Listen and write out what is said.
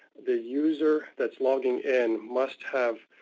the user that's logging in must have